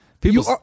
people